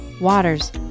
waters